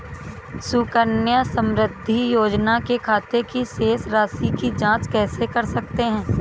सुकन्या समृद्धि योजना के खाते की शेष राशि की जाँच कैसे कर सकते हैं?